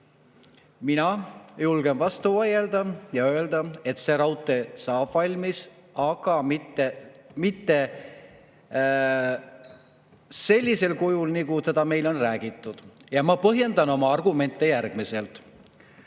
Mina julgen vastu vaielda ja öelda, et see raudtee saab valmis, aga mitte sellisel kujul, nagu meile on räägitud. Ma põhjendan oma argumente järgmiselt.